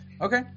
okay